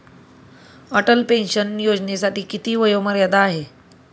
Atal pension योजनेसाठी किती वयोमर्यादा आहे?